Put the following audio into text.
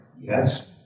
Yes